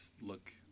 look